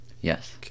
yes